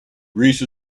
greece